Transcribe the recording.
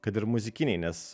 kad ir muzikiniai nes